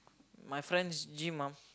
my friend's gym ah